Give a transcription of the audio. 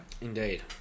Indeed